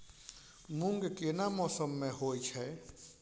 मूंग केना मौसम में होय छै?